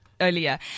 earlier